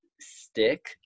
stick